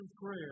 prayer